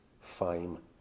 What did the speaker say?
fame